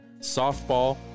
softball